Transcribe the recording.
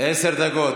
עשר דקות.